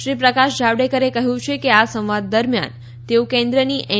શ્રી પ્રકાશ જાવડેકરે કહ્યું છે કે આ સંવાદ દરમિયાન તેઓ કેન્દ્રની એન